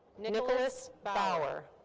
nicholas bower.